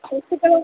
क'क्राझाराव